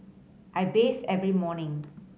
I bathe every morning